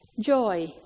joy